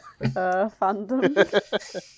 fandom